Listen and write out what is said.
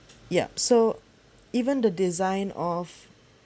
so even the design of